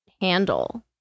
handle